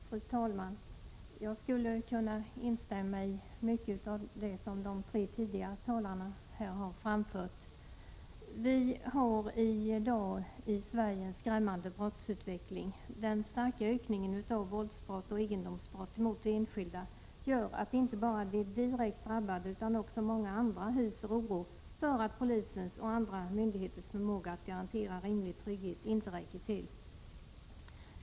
Fru talman! Jag skulle kunna instämma i mycket av det som de tre tidigare talarna har framfört. Vi har i dag i Sverige en skrämmande brottsutveckling. Den starka ökningen av våldsbrott och egendomsbrott mot enskilda gör att inte bara de direkt drabbade utan också många andra hyser oro för att polisens och andra myndigheters förmåga att garantera rimlig trygghet inte räcker till.